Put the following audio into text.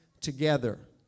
together